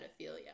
pedophilia